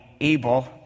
Abel